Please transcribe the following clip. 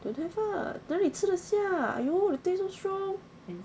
don't have ah 哪里吃得下 !aiyo! the taste so strong